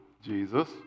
Jesus